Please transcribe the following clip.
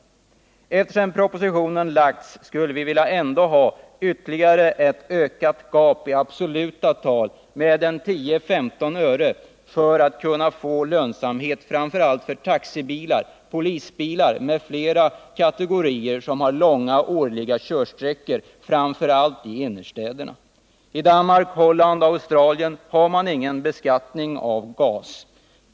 Propositionen om skattehöjning har lagts, men vi skulle ändå vilja ha ett ytterligare ökat gap mellan dessa drivmedelsslag på 10-15 öre per liter i absoluta tal, för att kunna få lönsamhet framför allt för taxibilar, polisbilar och andra kategorier bilar med långa årliga körsträckor, främst i innerstäderna. I Danmark, Holland och Australien har man ingen beskattning av gas.